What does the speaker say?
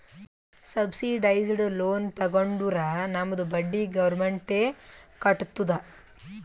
subsidised loan ತಗೊಂಡುರ್ ನಮ್ದು ಬಡ್ಡಿ ಗೌರ್ಮೆಂಟ್ ಎ ಕಟ್ಟತ್ತುದ್